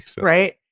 Right